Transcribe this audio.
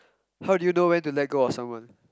how do you know when to let go of someone